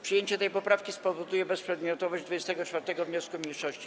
Przyjęcie tej poprawki spowoduje bezprzedmiotowość 24. wniosku mniejszości.